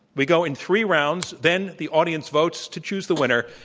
we go in three rounds. then the audience votes to choose the winner,